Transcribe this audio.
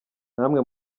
namwe